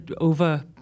over